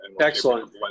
Excellent